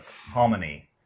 harmony